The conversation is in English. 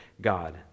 God